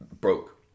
Broke